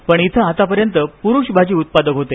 पण इथं आतापर्यंत पुरुष भाजी उत्पादक होते